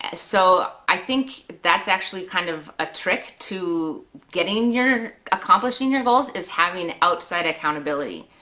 and so i think that's actually kind of a trick to getting your, accomplishing your goals is having outside accountability.